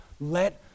Let